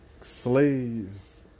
slaves